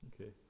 okay